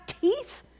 teeth